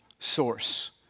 source